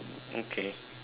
okay